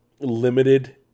limited